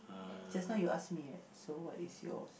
just now you ask me what so what is yours